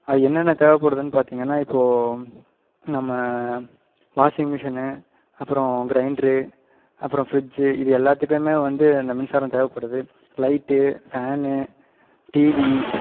அது என்னென்ன தேவைப்படுதுன் பார்த்தீங்கன்னா இப்போது நம்ம வாஷிங்மிஷின் அப்புறம் கிரைண்டரு அப்புறம் ஃப்ரிட்ஜ் இது எல்லாத்துக்குமே வந்து இந்த மின்சாரம் தேவைப்படுது லைட் ஃபேன் டிவி